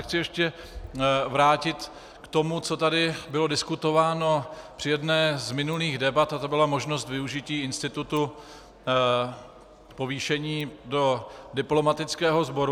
Chci se ještě vrátit k tomu, co tady bylo diskutováno při jedné z minulých debat, a to byla možnost využití institutu povýšení do diplomatického sboru.